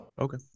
Okay